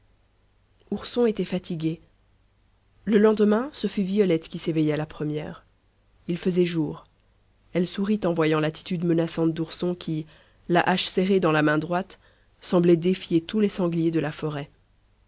ourson était fatigué le lendemain ce fut violette qui s'éveilla la première il faisait jour elle sourit en voyant l'attitude menaçante d'ourson qui la hache serrée dans la main droite semblait défier tous les sangliers de la forêt